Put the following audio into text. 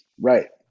Right